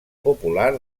popular